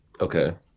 Okay